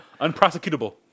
Unprosecutable